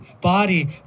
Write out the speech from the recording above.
body